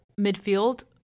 midfield